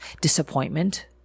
Disappointment